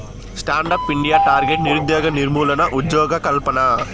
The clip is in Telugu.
స్టాండ్ అప్ ఇండియా టార్గెట్ నిరుద్యోగ నిర్మూలన, ఉజ్జోగకల్పన